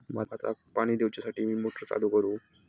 भाताक पाणी दिवच्यासाठी मी मोटर चालू करू?